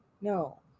No